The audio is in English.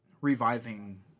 reviving